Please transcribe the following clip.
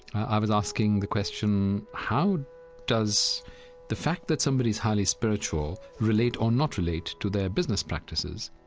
i was asking the question how does the fact that somebody's highly spiritual relate or not relate to their business practices?